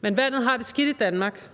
Men vandet har det skidt i Danmark,